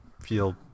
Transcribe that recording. feel